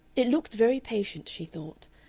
it looked very patient, she thought,